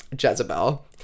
Jezebel